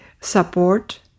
support